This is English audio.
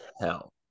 hell